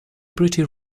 pretty